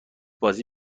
بازی